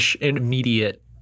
immediate